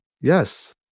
Yes